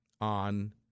on